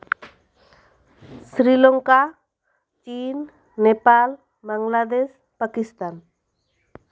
ᱥᱨᱤᱞᱚᱝᱠᱟ ᱪᱤᱱ ᱱᱮᱯᱟᱞ ᱵᱟᱝᱞᱟᱫᱮᱥ ᱯᱟᱠᱤᱥᱛᱟᱱ